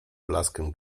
blaskiem